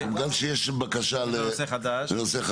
בגלל שיש בקשה לנושא חדש.